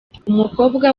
umukobwa